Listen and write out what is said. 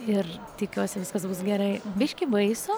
ir tikiuosi viskas bus gerai biškį baisu